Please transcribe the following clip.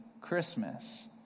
Christmas